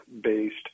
based